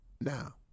Now